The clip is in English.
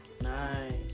Nice